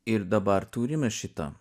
ir dabar turime šitą